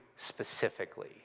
Specifically